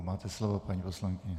Máte slovo, paní poslankyně.